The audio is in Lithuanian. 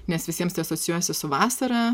nes visiems tai asocijuojasi su vasara